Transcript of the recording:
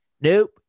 nope